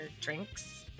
drinks